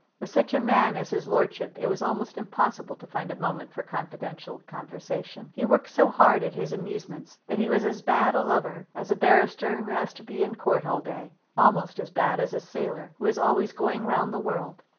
with such a man as his lordship it was almost impossible to find a moment for confidential conversation. he worked so hard at his amusements that he was as bad a lover as a barrister who has to be in court all day almost as bad as a sailor who is always going round the world.